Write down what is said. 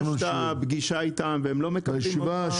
ביקשת פגישה איתם והם לא מקבלים אותך?